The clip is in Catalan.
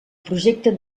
projecte